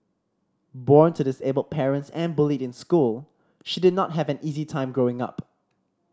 born to disabled parents and bullied in school she did not have an easy time growing up